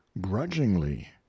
grudgingly